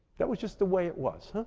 that was just the way it was, huh?